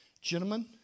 gentlemen